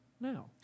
now